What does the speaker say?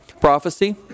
prophecy